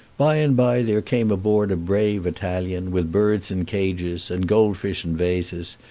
by-and-by there came aboard a brave italian, with birds in cages and gold-fish in vases,